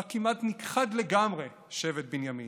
שבה כמעט נכחד לגמרי שבט בנימין,